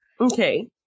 Okay